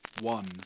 one